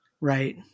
right